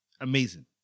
amazing